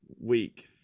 week